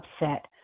upset